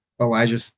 Elijah